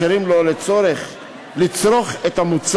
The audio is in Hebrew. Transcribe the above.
וכך לא מאפשרים לו לצרוך את המוצר